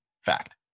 fact